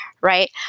right